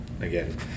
again